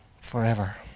forever